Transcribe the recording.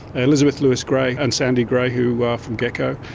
elizabeth lewis-gray and sandy gray who are from gekko,